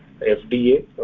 FDA